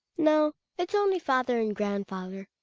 no, it's only father and grandfather.